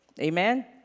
Amen